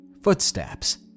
footsteps